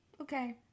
Okay